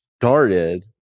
started